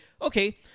okay